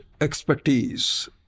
expertise